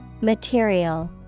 Material